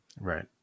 Right